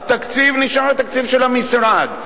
התקציב נשאר התקציב של המשרד,